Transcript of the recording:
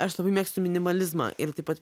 aš labai mėgstu minimalizmą ir taip pat